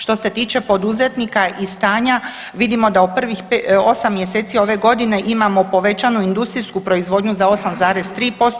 Što se tiče poduzetnika i stanja vidimo da u prvih 8 mjeseci ove godine imamo povećanu industrijsku proizvodnju za 8,3%